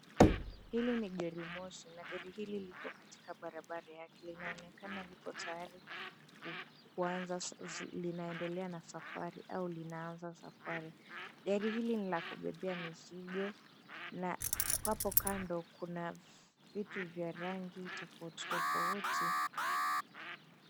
Hili ni gari moshi, na gari hili liko katika barabara yake, linaonekana liko tayari kuanza safari au linaendelea na safari. Gari hili ni la kubebea mizigo na hapo kando kuna vitu vya rangi tofauti tofauti.